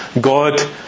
God